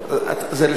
זה לשיקולך.